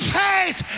faith